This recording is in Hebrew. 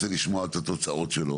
רוצה לשמוע את התוצאות שלו,